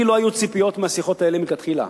לי לא היו ציפיות מהשיחות האלה מלכתחילה.